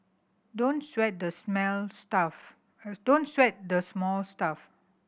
don't sweat the smell stuff don't sweat the small stuff